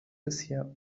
bisher